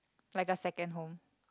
like a second home